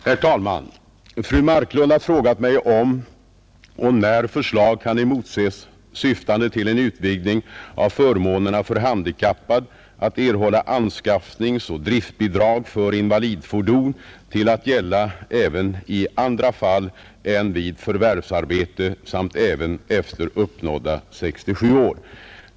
Herr talman! Fru Marklund har frågat mig om och när förslag kan emotses syftande till en utvidgning av förmånerna för handikappad att erhålla anskaffningsoch driftbidrag för invalidfordon till att gälla även i andra fall än vid förvärvsarbete samt även efter uppnådda 67 år.